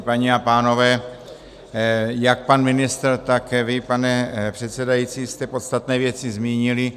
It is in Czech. Paní a pánové, jak pan ministr, tak vy, pane předsedající, jste podstatné věci zmínili.